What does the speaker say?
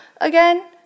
again